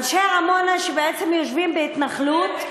אנשי עמונה שבעצם יושבים בהתנחלות,